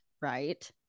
right